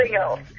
else